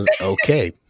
okay